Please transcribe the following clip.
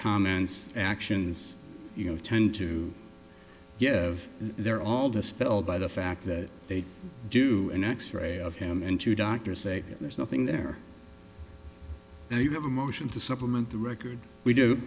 comments actions you know tend to give they're all dispelled by the fact that they do an x ray of him and two doctors say there's nothing there now you have a motion to supplement the record we do